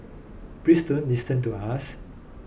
listen to us